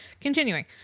continuing